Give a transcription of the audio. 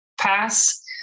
pass